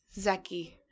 Zeki